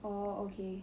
oh okay